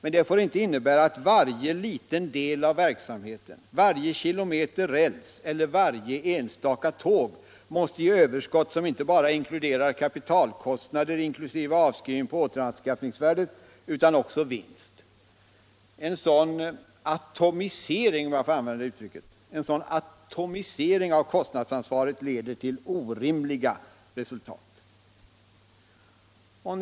Men det får inte innebära att varje liten del av verksamheten, varje kilometer räls celler varje enstaka tåg måste ge överskott, som inte bara omfattar kapitalkostnader inkl. avskrivning på återanskaffningsvärdet utan också vinst. En sådan ”atomisering” — om jag får använda det uttrycket - av kostnadsansvaret leder till orimliga resultat.